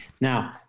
Now